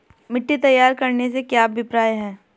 मिट्टी तैयार करने से क्या अभिप्राय है?